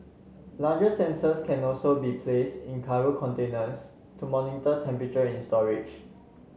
larger sensors can also be place in cargo containers to monitor temperature in storage